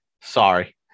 sorry